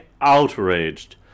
outraged